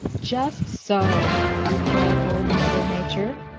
just so, replied old mother nature.